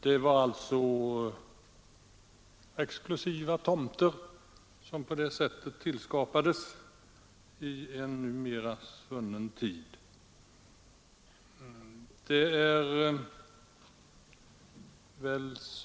Det var alltså exklusiva tomter som på det sättet skapades i en numera svunnen tid.